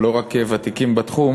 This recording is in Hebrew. לא רק כוותיקים בתחום